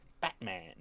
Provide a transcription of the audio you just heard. Batman